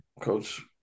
Coach